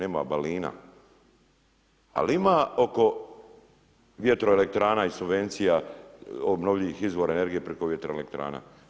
Ali ima oko vjetroelektrana i subvencija, obnovljivih izvora energije preko vjetroelektrana.